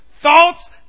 Thoughts